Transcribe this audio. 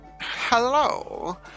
Hello